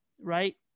right